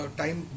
time